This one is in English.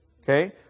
Okay